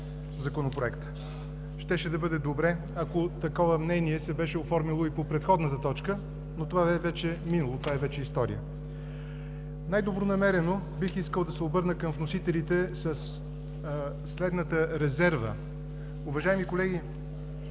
Законопроекта. Щеше да бъде добре, ако такова мнение се беше оформило и по предходната точка, но това е вече минало, това е вече история. Най-добронамерено бих искал да се обърна към вносителите със следната резерва. Уважаеми колеги,